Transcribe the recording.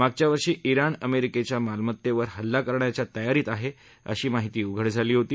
मागच्यावर्षी ज्ञाण अमेरिकेच्या मालमेत्तेवर हल्ला करण्याच्या तयारीत आहे अशी माहिती उघड झाली होती